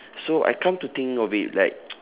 so I come to think of it like